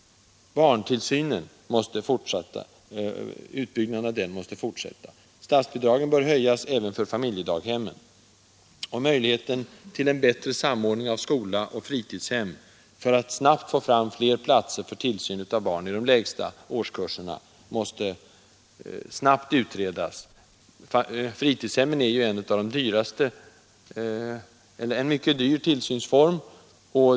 Utbyggnaden av barntillsynen måste fortsätta. Statsbidragen bör höjas även för familjedaghemmen. Möjligheten till en bättre samordning av skola och fritidshem för att snabbt få fram fler plater för tillsyn av barn i de lägsta årskurserna måste snabbt utredas. Fritidshem är en mycket dyr tillsynsform.